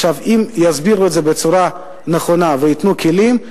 אם יסבירו את זה בצורה נכונה וייתנו כלים,